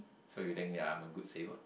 so you think ya I'm a good saver